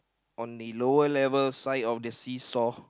on the lower level side of the seesaw